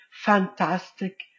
fantastic